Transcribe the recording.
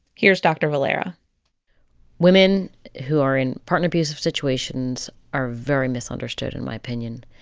here's dr. valera women who are in partner abusive situations are very misunderstood in my opinion.